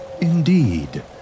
Indeed